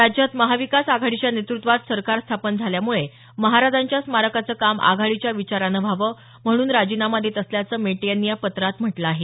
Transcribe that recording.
राज्यात महाविकास आघाडीच्या नेतृत्वात सरकार स्थापन झाल्यामुळे महाराजांच्या स्मारकाचं काम आघाडीच्या विचारानं व्हावं म्हणून राजीनामा देत असल्याचं मेटे यांनी या पत्रात म्हटलं आहे